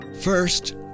First